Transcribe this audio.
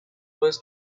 ways